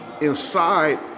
inside